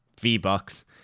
V-Bucks